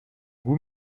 goûts